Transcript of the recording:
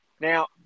Now